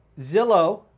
Zillow